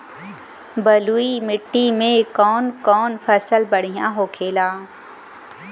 बलुई मिट्टी में कौन कौन फसल बढ़ियां होखेला?